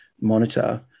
monitor